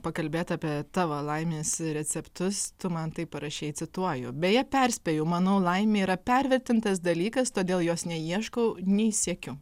pakalbėt apie tavo laimės receptus tu man taip parašei cituoju beje perspėju manau laimė yra pervertintas dalykas todėl jos nei ieškau nei siekiu